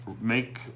make